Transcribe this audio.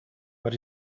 but